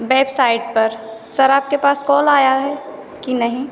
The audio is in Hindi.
बैबसाईट पर सर आपके पास कॉल आया है कि नहीं